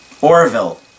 Orville